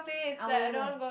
ah where where where